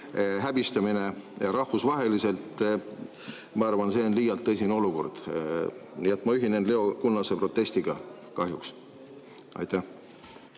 häbistamine rahvusvaheliselt – ma arvan, et see on liialt tõsine olukord. Nii et ma kahjuks ühinen Leo Kunnase protestiga. Aitäh!